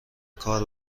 کار